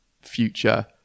future